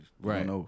Right